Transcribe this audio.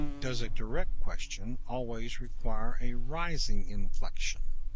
does a direct question always require a rising inflection?